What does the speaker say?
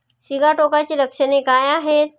सिगाटोकाची लक्षणे काय आहेत?